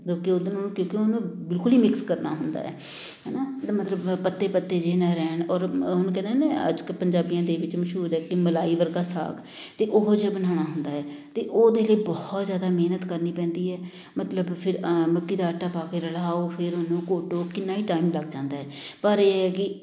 ਮਤਲਬ ਕਿ ਉਹਦੇ ਨਾਲ ਕਿਉਂਕਿ ਉਹਨੂੰ ਬਿਲਕੁਲ ਹੀ ਮਿਕਸ ਕਰਨਾ ਹੁੰਦਾ ਹੈ ਹੈ ਨਾ ਇਹਦਾ ਮਤਲਬ ਪੱਤੇ ਪੱਤੇ ਜਿਹੇ ਨਾ ਰਹਿਣ ਔਰ ਉਹਨੂੰ ਕਹਿੰਦੇ ਨਾ ਅੱਜ ਕੱਲ੍ਹ ਪੰਜਾਬੀਆਂ ਦੇ ਵਿੱਚ ਮਸ਼ਹੂਰ ਹੈ ਕਿ ਮਲਾਈ ਵਰਗਾ ਸਾਗ ਅਤੇ ਉਹੋ ਜਿਹਾ ਬਣਾਉਣਾ ਹੁੰਦਾ ਹੈ ਅਤੇ ਉਹਦੇ ਲਈ ਬਹੁਤ ਜ਼ਿਆਦਾ ਮਿਹਨਤ ਕਰਨੀ ਪੈਂਦੀ ਹੈ ਮਤਲਬ ਫਿਰ ਮੱਕੀ ਦਾ ਆਟਾ ਪਾ ਕੇ ਰਲਾਓ ਫਿਰ ਉਹਨੂੰ ਘੋਟੋ ਕਿੰਨਾ ਹੀ ਟਾਈਮ ਲੱਗ ਜਾਂਦਾ ਹੈ ਪਰ ਇਹ ਹੈ ਕਿ